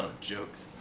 jokes